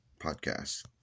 podcast